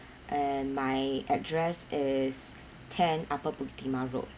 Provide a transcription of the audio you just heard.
and my address is ten upper Bukit Timah road